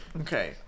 Okay